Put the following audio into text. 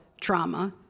trauma